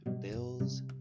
bills